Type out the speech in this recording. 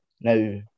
Now